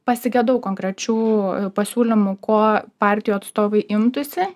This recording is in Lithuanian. pasigedau konkrečių pasiūlymų ko partijų atstovai imtųsi